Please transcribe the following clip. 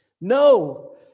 No